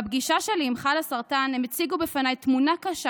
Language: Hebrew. בפגישה שלי עם חלאסרטן הם הציגו בפניי תמונה קשה